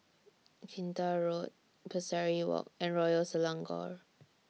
Kinta Road Pesari Walk and Royal Selangor